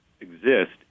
exist